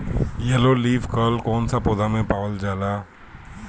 Yellow leaf कल कौन सा पौधा में पावल जाला?